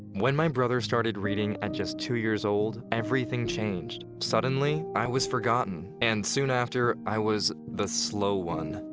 when my brother started reading at just two years old everything changed. suddenly i was forgotten and soon after i was the slow one.